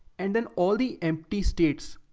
and then all the empty states.